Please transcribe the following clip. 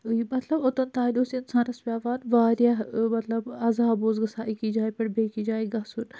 گوٚو یہِ مَطلَب اوٚتانۍ اوس اِنسانَس پیٚوان وارِیاہ مَطلَب عَذاب اوس گَژھان أکِس جایہِ پیٚٹھ بیٚیِس جایہِ گَژھُن